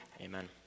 Amen